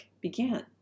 began